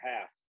half